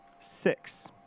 Six